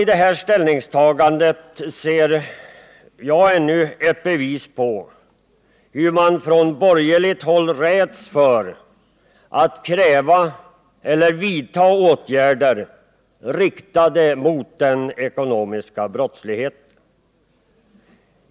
I det här ställningstagandet ser jag ännu ett bevis på hur man på borgerligt håll räds för att kräva eller vidta åtgärder, riktade mot den ekonomiska brottsligheten.